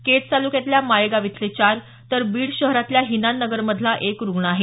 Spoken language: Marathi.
केज तालुक्यातल्या माळेगाव इथळे चार तर बीड शहरातल्या हिनान नगरमधला एक रुग्ण आहे